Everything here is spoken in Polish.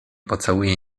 pocałuję